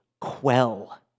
quell